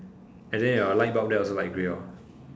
and then your light bulb there also light grey or